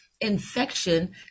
infection